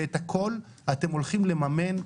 ואת הכול אתם הולכים לממן,